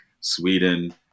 Sweden